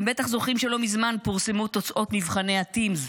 אתם בטח זוכרים שלא מזמן פורסמו תוצאות מבחני הטימס,